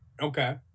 okay